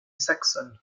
saxonne